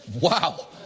Wow